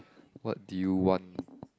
what do you want